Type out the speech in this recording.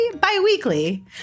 bi-weekly